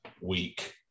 week